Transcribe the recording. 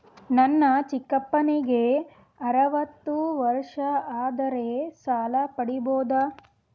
ನನ್ನ ಚಿಕ್ಕಪ್ಪನಿಗೆ ಅರವತ್ತು ವರ್ಷ ಆದರೆ ಸಾಲ ಪಡಿಬೋದ?